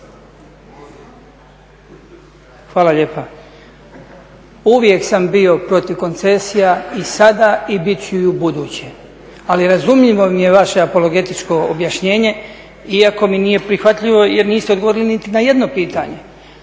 Hvala lijepa. Uvijek sam bio protiv koncesija i sada i bit ću i u buduće, ali razumljivo mi je vaše apologetičko objašnjenje, iako mi nije prihvatljivo jer niste odgovorili niti na jedno pitanje.